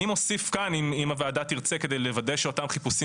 אני מוסיף כאן אם הוועדה תרצה כדי לוודא שאותם חיפושים